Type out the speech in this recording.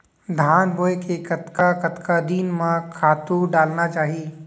धान बोए के कतका कतका दिन म खातू डालना चाही?